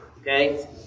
Okay